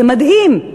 זה מדהים.